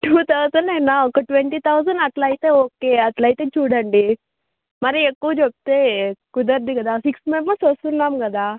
two థౌజనేనా ఒక twenty thousand అట్లయితే ఓకే అట్లయితే చూడండి మరీ ఎక్కువ చెప్తే కుదరదు కదా సిక్స్ మెంబెర్స్ వస్తున్నాం కదా